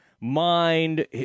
mind